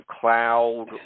cloud